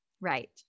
Right